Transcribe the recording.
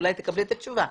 אולי תקבלי את התשובה.